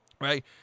right